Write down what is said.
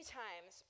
times